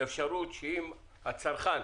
אפשרות שאם הצרכן